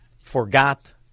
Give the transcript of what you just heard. forgot